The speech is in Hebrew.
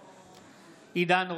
בעד עידן רול,